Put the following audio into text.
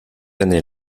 année